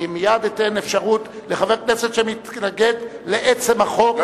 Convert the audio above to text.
אני מייד אתן אפשרות לחבר כנסת שמתנגד לעצם החוק,